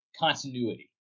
continuity